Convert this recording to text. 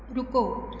ਰੁਕੋ